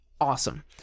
Awesome